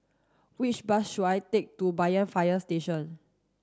which bus should I take to Banyan Fire Station